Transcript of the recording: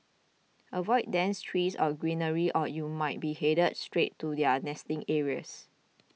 avoid dense trees or greenery or you might be headed straight to their nesting areas